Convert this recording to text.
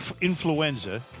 influenza